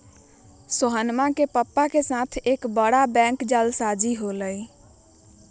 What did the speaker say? सोहनवा के पापा के साथ एक बड़ा बैंक जालसाजी हो लय